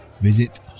visit